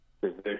position